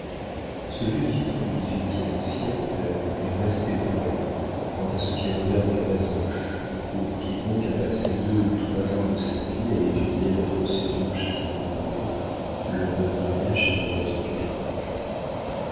ce vieux dicton du dix-huitième siècle est resté vrai quant à ce qui regarde la basoche pour quiconque a passé deux ou trois ans de sa vie à étudier la procédure chez un avoué le notariat chez un maître